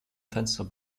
fenster